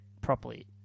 properly